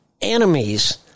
enemies